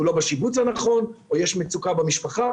הוא לא בשיבוץ הנכון או יש מצוקה במשפחה